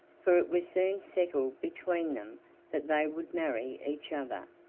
for it was soon settled between them that they would marry each other,